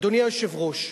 אדוני היושב-ראש,